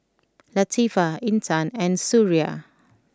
Latifa Intan and Suria